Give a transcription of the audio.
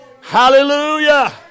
Hallelujah